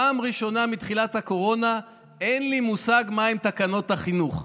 בפעם הראשונה מתחילת הקורונה אין לי מושג מהן תקנות החינוך.